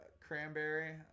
Cranberry